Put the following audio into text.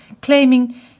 claiming